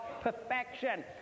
perfection